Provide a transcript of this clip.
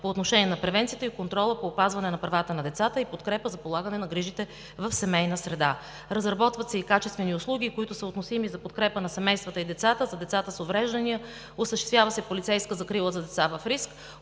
по отношение на превенциите и контрола по опазване на правата на децата и подкрепа за полагане на грижите в семейна среда. Разработват се и качествени услуги, които са относими за подкрепа на семействата и децата, за децата с увреждания; осъществява се полицейска закрила за деца в риск;